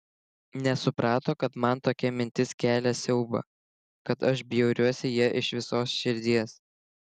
nesuprato kad man tokia mintis kelia siaubą kad aš bjauriuosi ja iš visos širdies